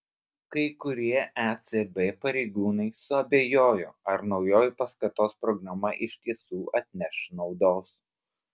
kai kurie ecb pareigūnai suabejojo ar naujoji paskatos programa iš tiesų atneš naudos